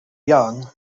young